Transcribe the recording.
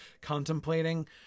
contemplating